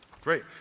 Great